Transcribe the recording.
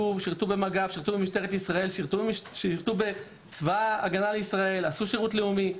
במג"ב ושירתו במשטרת ישראל ובצה"ל ועשו שירות לאומי.